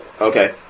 Okay